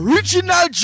Original